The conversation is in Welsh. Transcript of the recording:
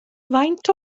faint